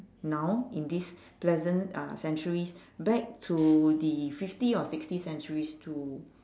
now in this present uh centuries back to the fifty or sixty centuries to